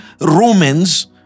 Romans